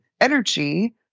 energy